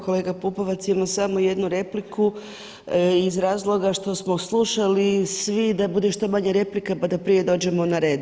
Kolega Pupovac, imam samo jednu repliku iz razloga što smo slušali svi da bude što manje replika pa da prije dođemo na red.